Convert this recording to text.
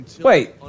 wait